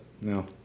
no